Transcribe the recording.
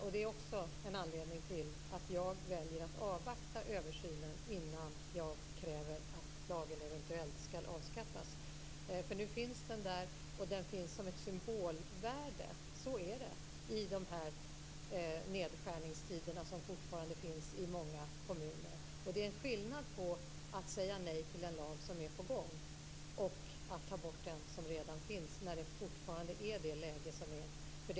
Det är också en anledning till att jag väljer att avvakta översynen innan jag kräver att lagen eventuellt ska avskaffas. Nu finns den där, och den har ett symbolvärde i dessa nedskärningstider som fortfarande råder i många kommuner. Det är skillnad på att säga nej till en lag som är på gång och att ta bort en som redan finns i det läge som fortfarande råder.